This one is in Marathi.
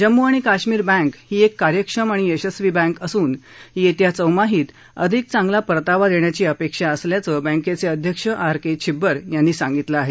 जम्मू आणि काश्मीर बँक ही एक कार्यक्षम आणि यशस्वी बँक असून येत्या चौमाहीत अधिक चांगला परतावा देण्याची अपेक्षा असल्याचं बँकेचे अध्यक्ष आर के छिब्बर यांनी सांगितलं आहे